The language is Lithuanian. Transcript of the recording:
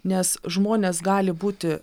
nes žmonės gali būti